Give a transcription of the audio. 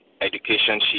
education